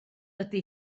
ydy